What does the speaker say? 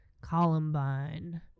Columbine